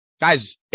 Guys